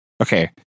Okay